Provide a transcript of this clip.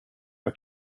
jag